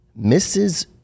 Mrs